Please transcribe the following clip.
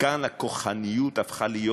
וכאן הכוחניות הפכה להיות